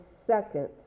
second